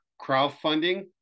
crowdfunding